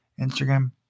Instagram